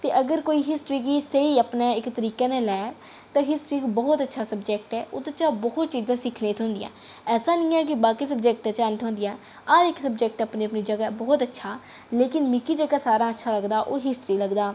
ते अगर कोई हिस्ट्री गी स्हेई अपने इक तरीके ने लै ते हिस्ट्री इक बहुत अच्छा सब्जैक्ट ऐ उ'दे चा बहुत चीजां सिक्खने ई थ्होंदियां ऐसा नेईं ऐ कि बाकी सब्जैक्ट च एह् निं थ्होंदियां हर इक सब्जैक्ट अपनी अपनी जगह् ऐ बहुत अच्छा लेकिन मिगी जेह्का सारें शा अच्छा लगदा ओह् हिस्ट्री लगदा